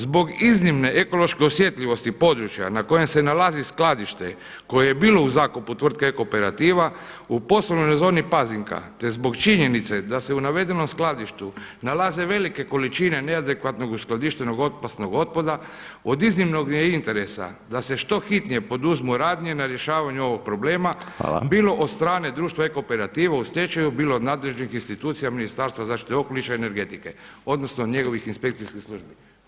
Zbog iznimne ekološke osjetljivosti područja na kojem se nalazi skladište koje je bilo u zakupu tvrtke Ecooperativa u poslovnoj zoni Pazinka te zbog činjenice da se u navedenom skladištu nalaze velike količine neadekvatnog uskladištenog opasnog otpada od iznimnog je interesa da se što hitnije poduzmu radnje na rješavanju ovog problema bilo od strane društvo Ecooperativa u stečaju, bilo nadležnih institucija Ministarstva zaštite okoliša i energetike, odnosno njegovih inspekcijskih službi.